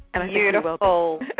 Beautiful